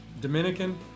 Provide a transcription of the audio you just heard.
Dominican